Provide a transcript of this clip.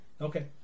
Okay